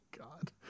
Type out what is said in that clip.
God